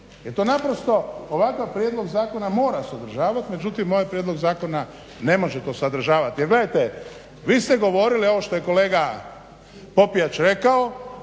to naprosto ovakav prijedlog zakona mora sadržavati. Međutim moj prijedlog zakona ne može to sadržavati jer gledajte vi ste govorili ovo što je kolega Popijač rekao